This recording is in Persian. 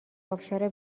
ابشار